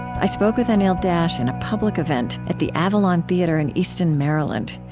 i spoke with anil dash in a public event at the avalon theater in easton, maryland.